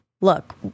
Look